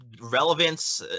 relevance